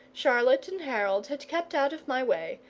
charlotte and harold had kept out of my way,